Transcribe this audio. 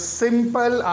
simple